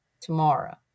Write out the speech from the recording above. tomorrow